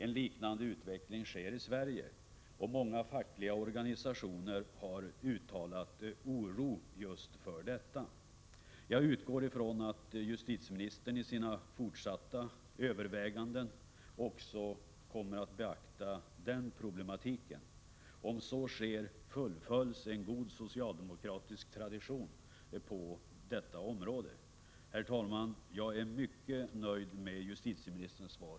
En liknande utveckling sker i Sverige. Många fackliga organisationer har uttalat oro just för detta. Jag utgår ifrån att justitieministern i sina fortsatta överväganden också kommer att beakta denna problematik. Om så sker fullföljs en god socialdemokratisk tradition på detta område. Herr talman! Jag är mycket nöjd med justitieministerns svar.